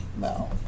No